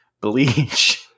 Bleach